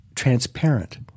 transparent